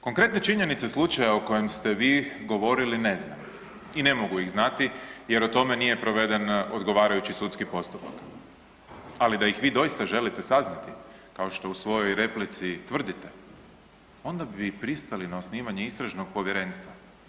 Konkretne činjenice slučaja o kojem ste vi govorili ne znam i ne mogu ih znati jer o tome nije proveden odgovarajući sudski postupak, ali da ih vi doista želite saznati kao što u svojoj replici tvrdite onda bi pristali na osnivanje istražnog povjerenstva.